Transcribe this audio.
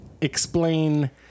explain